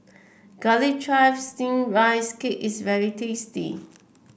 Garlic Chives Steamed Rice Cake is very tasty